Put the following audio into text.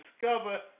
discover